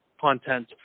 content